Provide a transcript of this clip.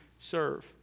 serve